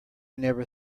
never